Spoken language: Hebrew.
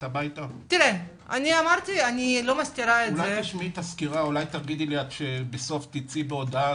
אולי תשמעי את הסקירה ובסוף תצאי בהודעה